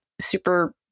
super